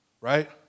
Right